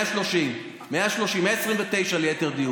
100. 130. 129, ליתר דיוק.